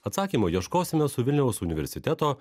atsakymo ieškosime su vilniaus universiteto